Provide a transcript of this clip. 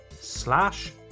slash